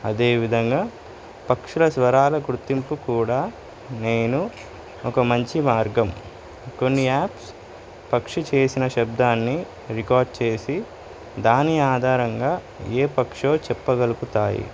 అదేవిధంగా పక్షుల స్వరాల గుర్తింపు కూడా నేను ఒక మంచి మార్గం కొన్ని యాప్స్ పక్షి చేసిన శబ్దాన్ని రికార్డ్ చేసి దాని ఆధారంగా ఏ పక్షో చెప్పగలుగుతాయి